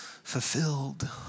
fulfilled